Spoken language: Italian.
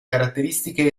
caratteristiche